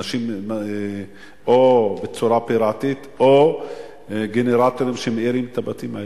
אנשים או מתחברים בצורה פיראטית או שגנרטורים מאירים את הבתים האלה.